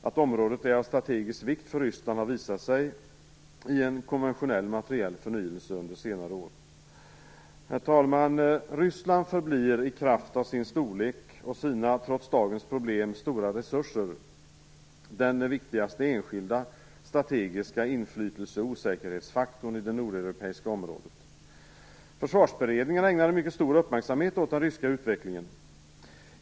Att området är av strategisk vikt för Ryssland har visat sig i en konventionell materiell förnyelse under senare år. Herr talman! Ryssland förbli i kraft av sin storlek och sina, trots dagens problem, stora resurser den viktigaste enskilda strategiska inflytelse och osäkerhetsfaktorn i det nordeuropeiska området. Försvarsberedningen ägnade stor uppmärksamhet åt den ryska utvecklingen.